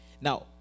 Now